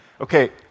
Okay